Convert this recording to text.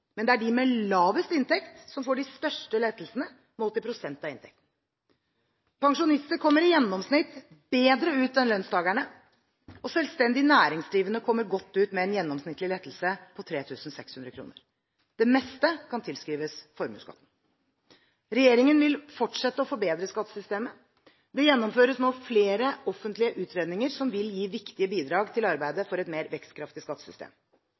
Men det er de med lavest inntekt som får de største lettelsene målt i prosent av inntekten. Pensjonister kommer i gjennomsnitt bedre ut enn lønnstakere. Selvstendig næringsdrivende kommer godt ut med en gjennomsnittlig lettelse på 3 600 kr. Det meste kan tilskrives formuesskatten. Regjeringen vil fortsette å forbedre skattesystemet. Det gjennomføres nå flere offentlige utredninger som vil gi viktige bidrag til arbeidet for et mer vekstkraftig skattesystem.